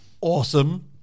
awesome